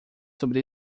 sobre